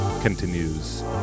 continues